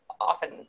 often